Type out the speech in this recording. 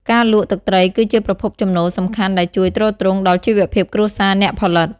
ការលក់ ទឹកត្រីគឺជាប្រភពចំណូលសំខាន់ដែលជួយទ្រទ្រង់ដល់ជីវភាពគ្រួសារអ្នកផលិត។